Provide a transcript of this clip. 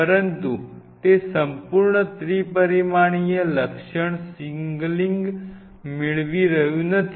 પરંતુ તે સંપૂર્ણ ત્રિપરિમાણીય લક્ષણ સિગ્નલિંગ મેળવી રહ્યું નથી